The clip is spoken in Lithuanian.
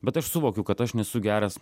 bet aš suvokiu kad aš nesu geras